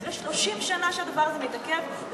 אחרי 30 שנה שהדבר הזה מתעכב,